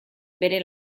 bere